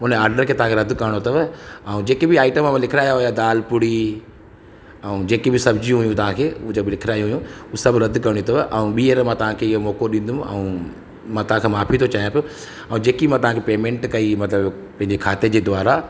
उन ऑडर खे तव्हांखे रद करिणो अथव ऐं जेके बि आइटम मां लिखराया हुआ दाल पूड़ी ऐं जेकी बि सब्जी हुयूं तव्हांखे उहा जब लिखरायूं हुयूं उहा सभु रद करिणियूं अथव ऐं ॿीहर मां तव्हांखे इहो मौक़ो ॾींदुमि ऐं मां तव्हांखे माफ़ी थो चाहियां पियो ऐं जेकी मां तव्हांखे पेमेंट कई मतिलबु पंहिंजे खाते जे द्वारा